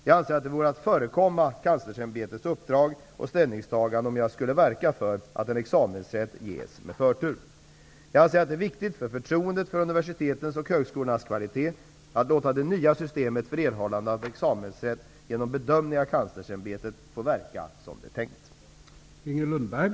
Jag anser att det vore att förekomma Kanslersämbetets uppdrag och ställningstagande om jag skulle verka för att examensrätt ges med förtur. Jag anser att det är viktigt för förtroendet för universitetens och högskolornas kvalitet att låta det nya systemet för erhållandet av examensrätt, genom bedömning av Kanslersämbetet, få verka som det är tänkt.